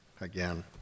again